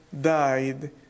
died